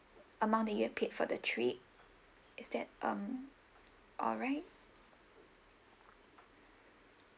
amount that you have paid for the trip is that um alright